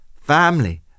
family